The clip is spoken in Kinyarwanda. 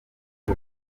ngo